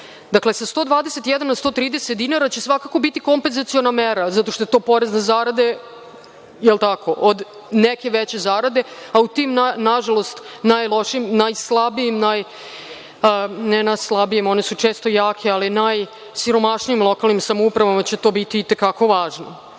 Dakle, sa 121 na 130 dinara će svakako biti kompenzaciona mera, zato što je to porez na zarade, jel tako, od neke veće zarade, a u tim, nažalost, najlošijim, najslabijim, ne najslabijim, one su često jake, ali najsiromašnijim lokalnim samoupravama će to biti i te kako važno. Imamo